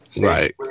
Right